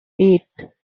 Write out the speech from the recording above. eight